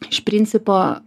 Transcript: iš principo